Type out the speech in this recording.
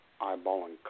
eyeballing